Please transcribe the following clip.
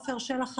עפר שלח,